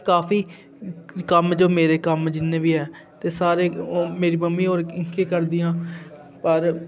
काफी कम्म जे मेरे कम्म जिन्ने बी ऐ ते सारें ओह् मेरी मम्मी होर गै करदियां आं घर